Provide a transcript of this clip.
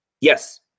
Yes